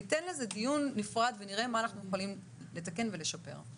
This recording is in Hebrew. נפתח לזה דיון נפרד ונראה מה אנחנו יכולים לתקן ולשפר.